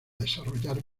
desarrollar